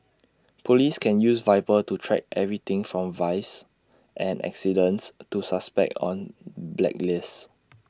Police can use Viper to track everything from vice and accidents to suspects on blacklists